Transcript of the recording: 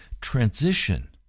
transition